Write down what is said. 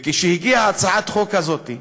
וכשהגיעה הצעת החוק הזאת,